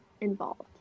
involved